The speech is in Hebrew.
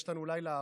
יש לנו לילה ארוך.